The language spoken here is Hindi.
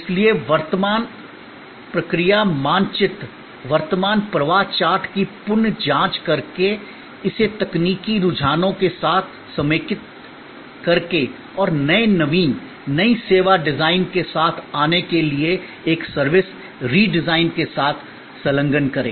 इसलिए वर्तमान प्रक्रिया मानचित्र वर्तमान प्रवाह चार्ट की पुन जांच करके इसे तकनीकी रुझानों के साथ समेकित करके और नए नवीन नई सेवा डिजाइन के साथ आने के लिए एक सर्विस रिडिजाइन के साथ संलग्न करें